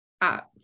app